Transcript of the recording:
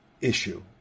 issue